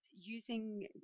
Using